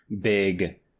big